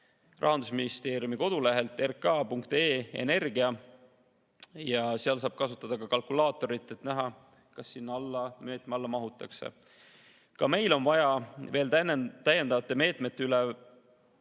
Rahandusministeeriumi kodulehelt rk.ee/energia. Seal saab kasutada kalkulaatorit, et näha, kas sinna meetme alla mahutakse. Kas meil on vaja veel täiendavaid meetmeid üle